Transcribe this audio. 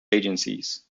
agencies